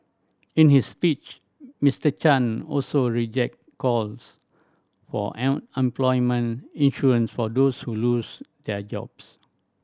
in his speech Mister Chan also rejected calls for an unemployment insurance for those who lose their jobs